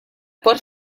porta